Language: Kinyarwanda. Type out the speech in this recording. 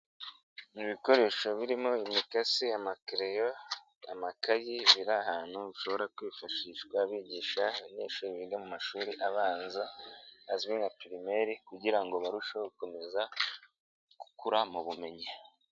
Mu bikoresho birimo imikasi, amakereyo, amakayi, biri ahantu bishobora kwifashishwa bigisha abanyeshuri biga mu mashuri abanza azwi nka pirimeri kugira ngo barusheho gukomeza gukura mu bumenyi.